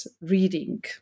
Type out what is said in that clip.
reading